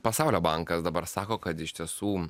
pasaulio bankas dabar sako kad iš tiesų